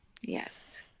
yes